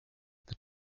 the